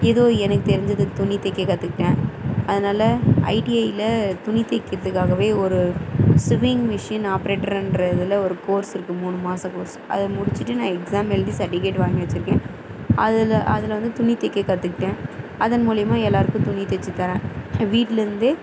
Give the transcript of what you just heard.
ஏதோ எனக்கு தெரிஞ்சது துணி தைக்க கற்றுக்கிட்டேன் அதனால ஐடிஐயில் துணி தைக்கிறதுக்காகவே ஒரு ஸுவிங் மிஷின் ஆப்பரேட்டருன்ற இதில் ஒரு கோர்ஸ் இருக்குது மூணு மாச கோர்ஸ் அதை முடிச்சுட்டு நான் எக்ஸாம் எழுதி சட்டிவிக்கேட் வாங்கி வச்சுருக்கேன் அதில் அதில் வந்து தைக்க கற்றுக்கிட்டேன் அதன் மூலிமா எல்லோருக்கும் துணி தைச்சி தரேன் வீட்டிலேந்தே